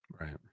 Right